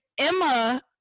emma